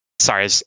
Sorry